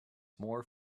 more